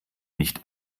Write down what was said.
nicht